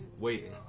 waiting